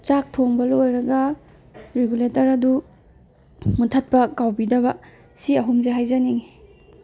ꯆꯥꯛ ꯊꯣꯡꯕ ꯂꯣꯏꯔꯒ ꯔꯤꯒꯨꯂꯦꯇꯔ ꯑꯗꯨ ꯃꯨꯊꯠꯄ ꯀꯥꯎꯕꯤꯗꯕ ꯁꯤ ꯑꯍꯨꯝꯁꯦ ꯍꯥꯏꯖꯅꯤꯡꯉꯤ